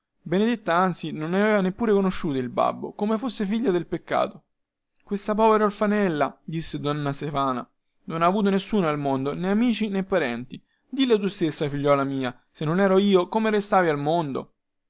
benedetta anzi non aveva neppure conosciuto il babbo come fosse figlia del peccato questa povera orfanella disse forte donna stefana non ha avuto nessuno al mondo nè amici nè parenti dillo tu stessa figliuola mia se non ero io come restavi al mondo